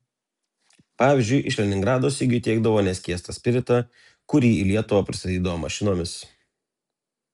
pavyzdžiui iš leningrado sigiui tiekdavo neskiestą spiritą kurį į lietuvą pristatydavo mašinomis